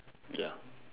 ya